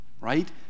right